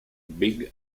big